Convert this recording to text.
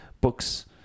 books